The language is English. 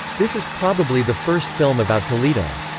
this is probably the first film about toledo.